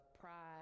pride